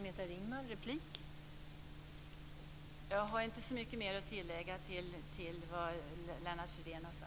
Fru talman! Jag har inte så mycket mer att lägga till vad Lennart Fridén nu har sagt.